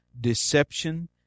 deception